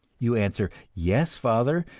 you answer, yes, father,